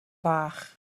fach